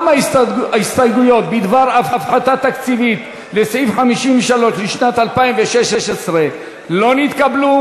גם ההסתייגויות בדבר הפחתה תקציבית לסעיף 53 לשנת 2016 לא נתקבלו.